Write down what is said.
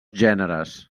gèneres